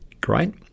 great